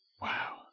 Wow